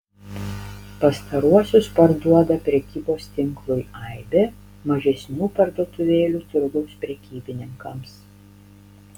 pastaruosius parduoda prekybos tinklui aibė mažesnių parduotuvėlių turgaus prekybininkams